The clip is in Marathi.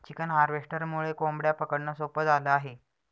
चिकन हार्वेस्टरमुळे कोंबड्या पकडणं सोपं झालं आहे